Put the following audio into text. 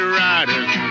riders